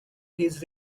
his